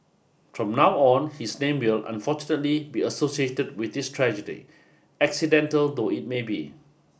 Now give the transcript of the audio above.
from now on his name will unfortunately be associated with this tragedy accidental though it may be